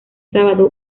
sábado